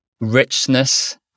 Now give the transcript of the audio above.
richness